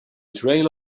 trail